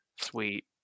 sweet